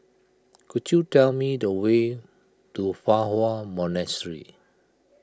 could you tell me the way to Fa Hua Monastery